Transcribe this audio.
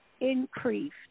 increased